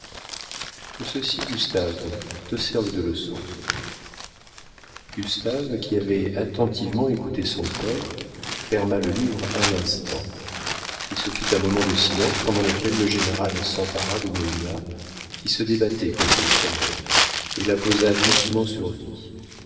que ceci gustave te serve de leçon gustave qui avait attentivement écouté son père ferma le livre à l'instant il se fit un moment de silence pendant lequel le général s'empara de moïna qui se débattait contre le sommeil et la posa doucement sur lui